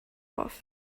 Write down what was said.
off